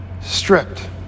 stripped